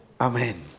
Amen